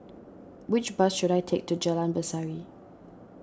which bus should I take to Jalan Berseri